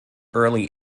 early